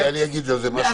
אני אגיד על זה משהו.